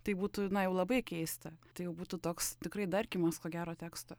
tai būtų na jau labai keista tai jau būtų toks tikrai darkymas ko gero teksto